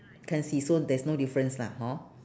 can't see so there's no difference lah hor